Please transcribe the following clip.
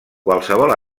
qualsevol